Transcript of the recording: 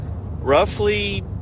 roughly